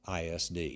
ISD